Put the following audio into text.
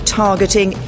targeting